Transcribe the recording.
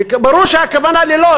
וברור שהכוונה ללא,